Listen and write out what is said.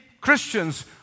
Christians